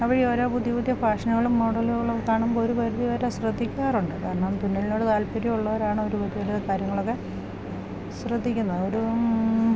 അ വഴി ഓരോ പുതിയ പുതിയ ഫാഷനുകളും മോഡലുകളും കാണുമ്പോൾ ഒരു പരിധി വരെ ശ്രദ്ധിക്കാറുണ്ട് കാരണം തുന്നലിനോട് താല്പര്യമുള്ളവർ ആണ് ഒരു കാര്യങ്ങളൊക്കെ ശ്രദ്ധിക്കുന്നത് ഒരു